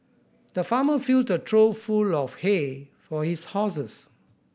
the farmer filled a trough full of hay for his horses